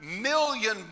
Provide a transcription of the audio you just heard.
million